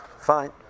fine